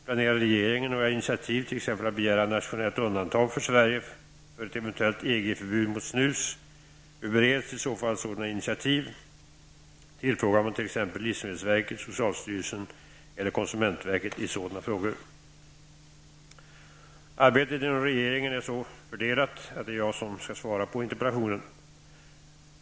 Planerar regeringen några initiativ, t.ex. att begära nationellt undantag för Sverige från ett eventuellt EG-förbud mot snus? Hur bereds i så fall sådana initiativ? Tillfrågar man t.ex. livsmedelsverket, socialstyrelsen eller konsumentverket i sådana frågor? Arbetet inom regeringen är så fördelat att det är jag som skall svara på interpellationen.